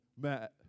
Matt